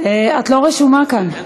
את לא רשומה כאן,